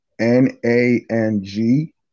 N-A-N-G